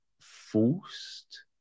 forced